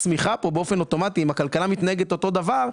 הצמיחה פה באופן אוטומטי אם הכלכלה מתנהגת אותו דבר,